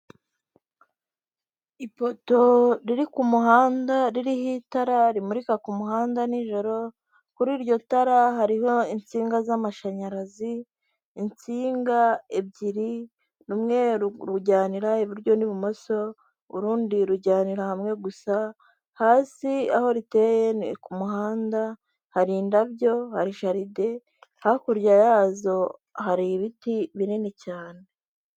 Amafaranga y'amanyamahanga yo mu gihugu cy'ubuhinde yo muri banki rizavu y'ubuhinde, ikaba ari amafaranga magana cyenda afite ishusho ya mahati magandi.